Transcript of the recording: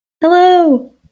Hello